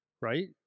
Right